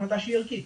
החלטה שהיא ערכית,